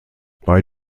bei